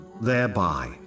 thereby